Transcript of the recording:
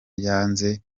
byanze